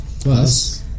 Plus